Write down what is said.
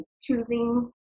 choosing